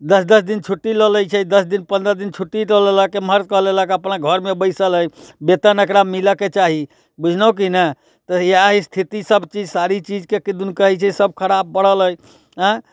दस दस दिन छुट्टी लऽ लै छै दस दिन पन्द्रह दिन छुट्टी लऽ लेलक एम्हर कऽ लेलक अपना घरमे बैसल अछि वेतन एकरा मिलऽके चाही बूझलहुॅं की नहि तऽ इएह स्थिति सभ चीज सारी चीजके किदन कहै छै सभ खराप पड़ल अछि एँ